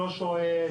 לא שואל,